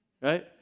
Right